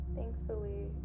Thankfully